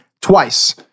twice